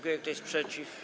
Kto jest przeciw?